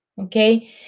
Okay